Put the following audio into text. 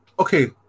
Okay